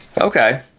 Okay